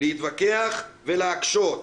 להתווכח ולהקשות,